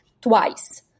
twice